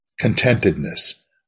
contentedness